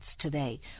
today